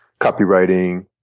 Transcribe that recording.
copywriting